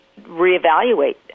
reevaluate